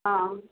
हाँ